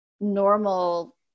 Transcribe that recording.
normal